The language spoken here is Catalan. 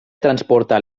transportar